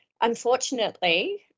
Unfortunately